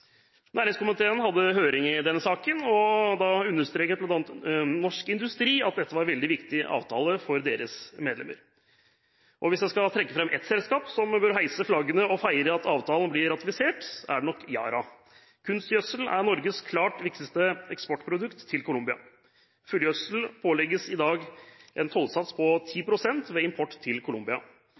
Næringskomiteen hadde høring i denne saken, og da understreket bl.a. Norsk Industri at dette var en veldig viktig avtale for deres medlemmer. Hvis jeg skal trekke fram ett selskap som bør heise flaggene og feire at avtalen blir ratifisert, er det nok Yara. Kunstgjødsel er Norges klart viktigste eksportprodukt til Colombia. Fullgjødsel pålegges i dag en tollsats på 10 pst. ved import til Colombia.